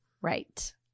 Right